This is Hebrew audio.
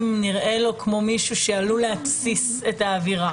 נראה לו כמו מישהו שעלול להתסיס את האווירה